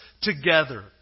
together